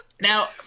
now